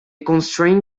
constrain